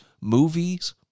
movies